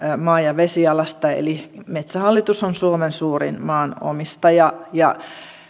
maa ja vesialasta eli metsähallitus on suomen suurin maanomistaja ja